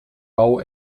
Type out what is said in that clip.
bau